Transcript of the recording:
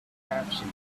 capsules